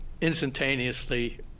instantaneously